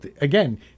Again